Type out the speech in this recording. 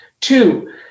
Two